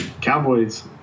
Cowboys